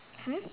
hmm